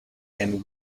and